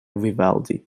vivaldi